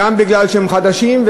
גם כי הם חדשים,